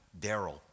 Daryl